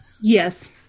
Yes